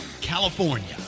California